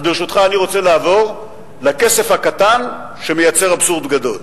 אז ברשותך אני רוצה לעבור לכסף הקטן שמייצר אבסורד גדול,